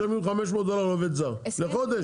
משלמים 500 דולר לעובד זר לחודש.